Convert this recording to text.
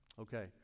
Okay